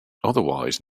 otherwise